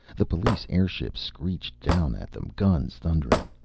the police airships screeched down at them, guns thundering.